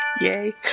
Yay